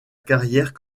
carrière